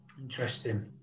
Interesting